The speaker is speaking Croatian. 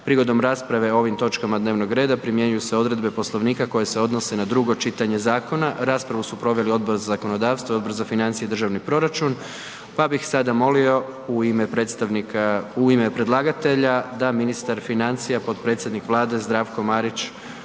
Prigodom rasprave o ovim točkama dnevnog reda primjenjuju se odredbe Poslovnika koje se odnose na drugo čitanje zakona. Raspravu su proveli Odbor za zakonodavstvo i Odbor za financije i državni proračun. Pa bih sada molio u ime predlagatelja da ministar financija, potpredsjednik Vlade Zdravko Marić